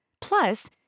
Plus